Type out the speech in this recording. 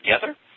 together